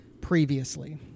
previously